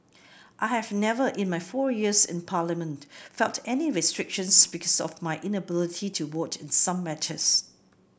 I have never in my four years in Parliament felt any restrictions because of my inability to vote in some matters